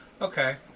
Okay